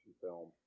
film